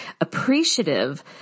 appreciative